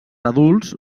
adults